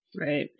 Right